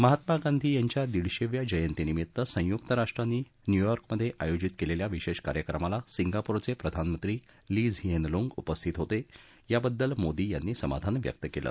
महात्मा गांधींच्या एकशे पन्नासाव्या जयंतीनिमित्त संयुक्त राष्ट्रांनी न्यूयॉर्कमधे आयोजित केलेल्या विशेष कार्यक्रमाला सिंगापूरचे प्रधानमंत्री ली झिएन लूंग उपस्थित होते याबद्दल मोदी यांनी समाधान व्यक्त केलं